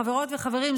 חברות וחברים,